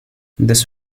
this